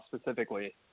specifically